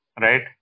Right